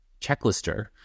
checklister